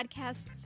podcast's